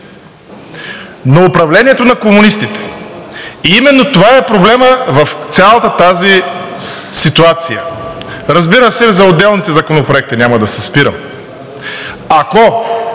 на управлението на комунистите и именно това е проблемът в цялата тази ситуация. Разбира се, за отделните законопроекти няма да се спирам. Ако